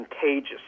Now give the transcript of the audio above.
contagious